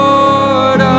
Lord